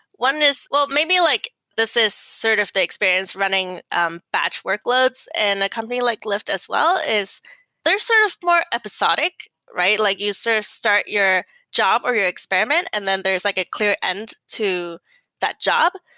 one is well, maybe like this is sort of the experience running um batch workloads and a company like lyft as well is they're sort of more episodic, right? like you sort of start your job or your experiment and then there's like a clear end to that job.